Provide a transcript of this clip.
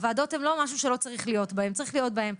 הוועדות הן לא משהו שלא צריך להיות בהן צריך להיות בהן,